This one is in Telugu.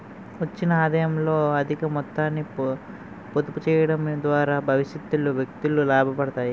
వచ్చిన ఆదాయంలో అధిక మొత్తాన్ని పొదుపు చేయడం ద్వారా భవిష్యత్తులో వ్యక్తులు లాభపడతారు